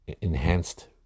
enhanced